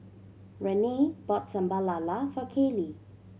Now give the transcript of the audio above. Renae bought Sambal Lala for Kaylee